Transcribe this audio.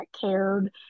cared